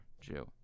Jew